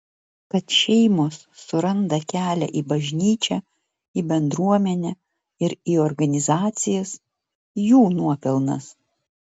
kad šeimos suranda kelią į bažnyčią į bendruomenę ir į organizacijas jų nuopelnas